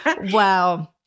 wow